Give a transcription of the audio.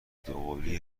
دوقلوی